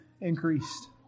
increased